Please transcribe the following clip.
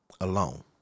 Alone